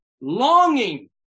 Longing